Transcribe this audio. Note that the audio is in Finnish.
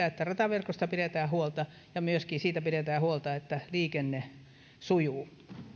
että rataverkosta pidetään huolta ja myöskin siitä pidetään huolta että liikenne sujuu